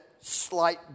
slight